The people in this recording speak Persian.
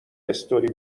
استوری